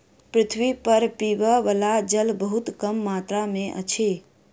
पृथ्वी पर पीबअ बला जल बहुत कम मात्रा में अछि